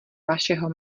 vašeho